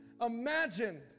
imagine